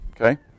Okay